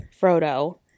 frodo